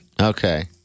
Okay